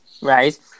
Right